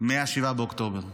מ-7 באוקטובר,